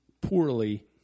poorly